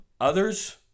others